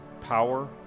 power